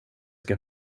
ska